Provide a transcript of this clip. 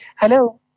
Hello